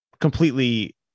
Completely